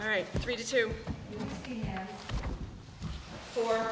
right three to four